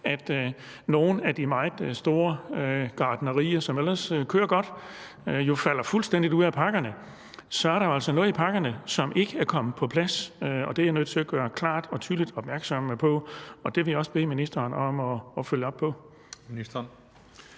at nogle af de meget store gartnerier, som ellers kører godt, falder fuldstændig ud af pakkerne, så er der jo altså noget i pakkerne, som ikke er kommet på plads. Det er jeg nødt til at gøre klart og tydeligt opmærksom på, og det vil jeg også bede ministeren om at følge op på.